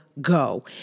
go